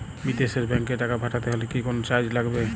বিদেশের ব্যাংক এ টাকা পাঠাতে হলে কি কোনো চার্জ লাগবে?